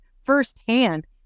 firsthand